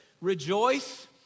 rejoice